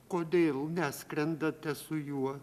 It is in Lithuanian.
kodėl neskrendate su juo